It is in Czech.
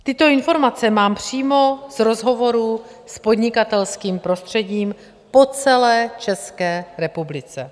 Tyto informace mám přímo z rozhovoru s podnikatelským prostředím po celé České republice.